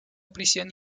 prisión